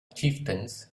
chieftains